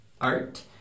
Art